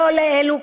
לא לאלו,